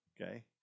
okay